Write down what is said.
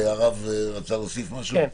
הרב רצה להוסיף משהו?